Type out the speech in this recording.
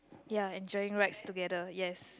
ya enjoying rides together yes